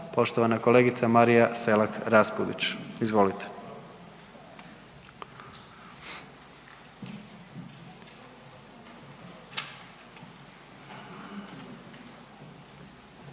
poštovana kolegica Marija Selak Raspudić. Izvolite.